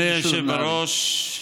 אדוני היושב-ראש,